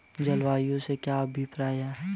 जलवायु से क्या अभिप्राय है?